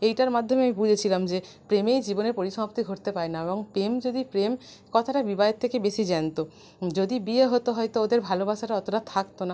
এইটার মাধ্যমে আমি বুঝেছিলাম যে প্রেমেই জীবনের পরিসমাপ্তি ঘটতে পারে না এবং পেম যদি প্রেম কথাটা বিবাহের থেকে বেশি জ্যান্ত যদি বিয়ে হতো হয়তো ওদের ভালোবাসাটা অতটা থাকতো না